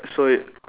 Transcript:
so if